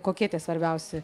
kokie tie svarbiausi